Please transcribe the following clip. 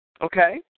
okay